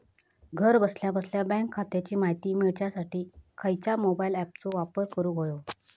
घरा बसल्या बसल्या बँक खात्याची माहिती मिळाच्यासाठी खायच्या मोबाईल ॲपाचो वापर करूक होयो?